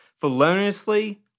feloniously